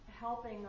helping